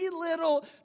little